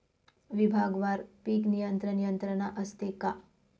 विभागवार पीक नियंत्रण यंत्रणा असते का?